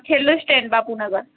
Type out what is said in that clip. છેલ્લું સ્ટેન્ડ બાપુનગર